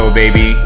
baby